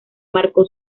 marco